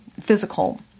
physical